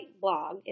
blog